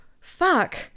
fuck